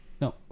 No